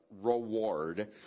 reward